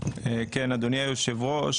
אדוני היושב-ראש,